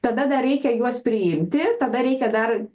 tada dar reikia juos priimti tada reikia dar